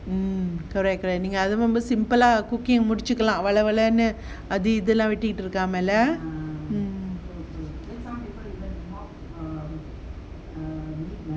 mm correct நீங்க அத மட்டும்:neenga atha mattum simple lah cooking முடுச்சுகலாம் வளவளன்னு அத இத வெட்டிட்டு இருக்காம:muduchukalaam vala valannu atha itha vettitu irukama